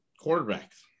quarterbacks